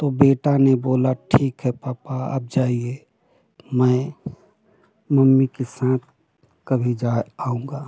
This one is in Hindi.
तो बेटा ने बोला ठीक है पापा आप जाइए मैं मम्मी के साथ कभी जा आऊँगा